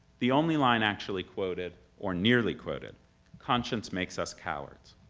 the only line actually quoted or nearly quoted conscience makes us cowards.